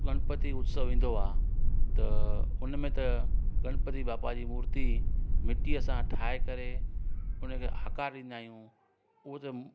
गनपति उत्सव ईंदो आहे त उनमें त गनपति बापा जी मुर्ती मिटीअ सां ठाहे करे उनखे आकार ॾींदा आहियूं हूअ त